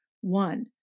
One